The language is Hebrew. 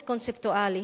קונספטואלי.